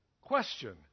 Question